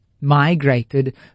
migrated